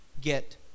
get